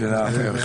זאת שאלה אחרת.